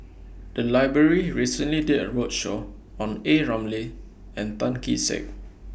The Library recently did A roadshow on A Ramli and Tan Kee Sek